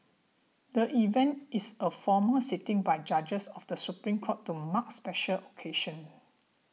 the event is a formal sitting by judges of the Supreme Court to mark special occasions